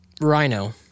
Rhino